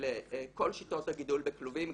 על כל שיטות הגידול בכלובים,